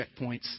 checkpoints